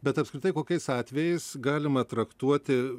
bet apskritai kokiais atvejais galima traktuoti